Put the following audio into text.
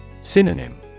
Synonym